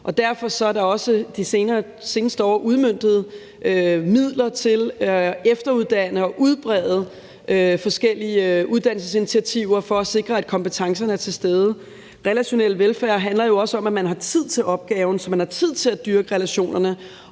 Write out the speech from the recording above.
Derfor er der de seneste år også blevet udmøntet midler til efteruddannelse og til at udbrede forskellige uddannelsesinitiativer for at sikre, at kompetencerne er til stede. Relationel velfærd handler jo også om, at man har tid til opgaven, at man har tid til at dyrke relationerne,